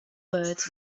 words